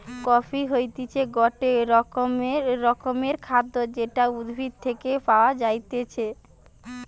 coffee হতিছে গটে রকমের খাদ্য যেটা উদ্ভিদ থেকে পায়া যাইতেছে